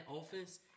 offense